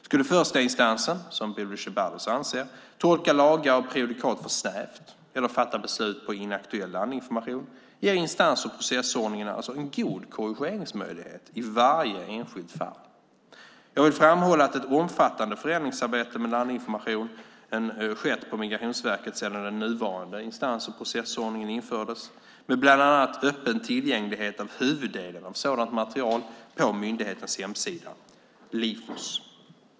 Skulle förstainstansen, som Bodil Ceballos anser, tolka lagar och prejudikat för snävt eller fatta beslut på inaktuell landinformation ger instans och processordningen alltså en god korrigeringsmöjlighet i varje enskilt fall. Jag vill framhålla att ett omfattande förändringsarbete med landinformationen skett på Migrationsverket sedan den nuvarande instans och processordningen infördes, med bland annat öppen tillgänglighet av huvuddelen av sådant material på myndighetens hemsida Lifos.